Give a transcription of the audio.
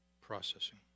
processing